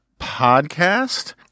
podcast